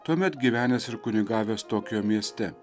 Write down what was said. tuomet gyvenęs ir kunigavęs tokijo mieste